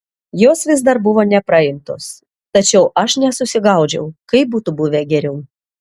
jos vis dar buvo nepraimtos tačiau aš nesusigaudžiau kaip būtų buvę geriau